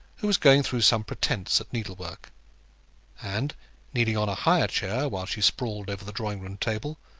who was going through some pretence at needlework and kneeling on a higher chair, while she sprawled over the drawing-room table,